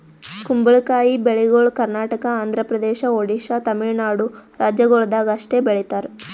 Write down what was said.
ಕುಂಬಳಕಾಯಿ ಬೆಳಿಗೊಳ್ ಕರ್ನಾಟಕ, ಆಂಧ್ರ ಪ್ರದೇಶ, ಒಡಿಶಾ, ತಮಿಳುನಾಡು ರಾಜ್ಯಗೊಳ್ದಾಗ್ ಅಷ್ಟೆ ಬೆಳೀತಾರ್